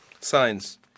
Signs